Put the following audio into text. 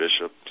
Bishop